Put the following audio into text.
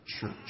Church